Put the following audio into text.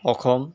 Assam